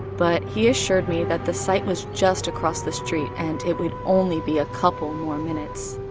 but he assured me that the site was just across the street and it would only be a couple more minutes.